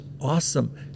awesome